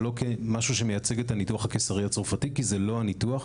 לא כמשהו שמייצג את הניתוח הקיסרי הצרפתי כי זה לא הניתוח.